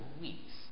weeks